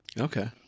okay